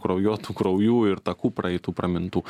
kraujuotų kraujų ir takų praeitų pramintų